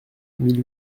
mille